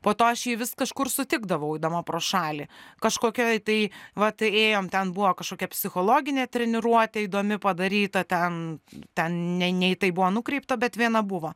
po to aš jį vis kažkur sutikdavau eidama pro šalį kažkokioj tai vat ėjom ten buvo kažkokia psichologinė treniruotė įdomi padaryta ten ten ne ne į tai buvo nukreipta bet viena buvo